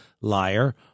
liar